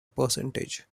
percentage